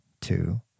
two